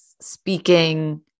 speaking